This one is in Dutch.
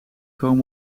komen